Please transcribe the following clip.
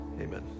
Amen